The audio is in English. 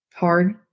hard